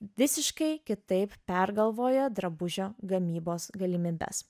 visiškai kitaip pergalvoja drabužio gamybos galimybes